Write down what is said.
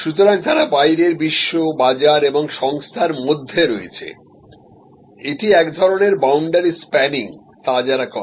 সুতরাং তারা বাইরের বিশ্ব বাজার এবং সংস্থার মধ্যে রয়েছে এটি এক ধরণের বাউন্ডারি স্প্যানিং যা তারা করে